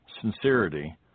sincerity